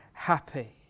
happy